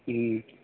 ہوں